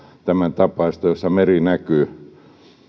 tämäntapaista jossa meri näkyy